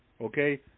Okay